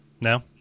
no